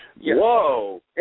Whoa